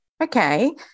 Okay